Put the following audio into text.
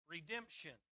Redemption